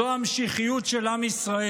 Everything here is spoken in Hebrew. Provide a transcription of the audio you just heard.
זו המשיחיות של עם ישראל.